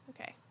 Okay